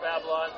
Babylon